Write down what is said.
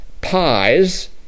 pies